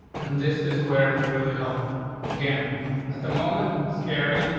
and this is where it's really helpful again at the moment. scary.